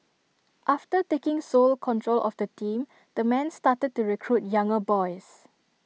after taking sole control of the team the man started to recruit younger boys